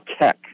Tech